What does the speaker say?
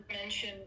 mention